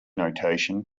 notation